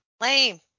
Lame